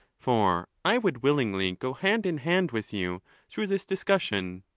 for i would willingly go hand in hand with you through this discussion.